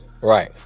Right